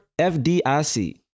FDIC